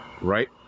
right